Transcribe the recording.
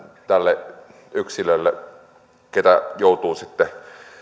tälle yksilölle joka joutuu sitten